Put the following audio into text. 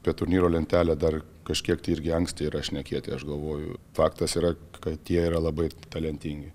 kad turnyro lentelė dar kažkiek irgi anksti šnekėti aš galvoju faktas yra kad jie yra labai talentingi